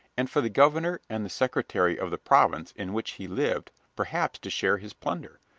and for the governor and the secretary of the province in which he lived perhaps to share his plunder,